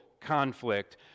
conflict